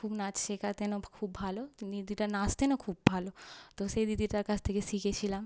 খুব নাচ শেখাতেনও খুব ভালো দিদিটা নাচতেনও খুব ভালো তো সেই দিদিটার কাছ থেকে শিখেছিলাম